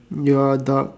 ya adopt